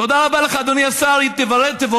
תודה רבה לך, אדוני השר, תבורך.